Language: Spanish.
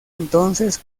entonces